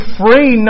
free